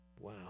Wow